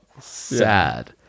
sad